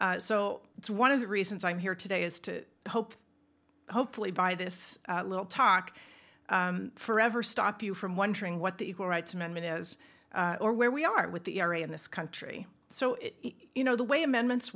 means so that's one of the reasons i'm here today is to hope hopefully by this little talk forever stop you from wondering what the equal rights amendment is or where we are with the area in this country so you know the way amen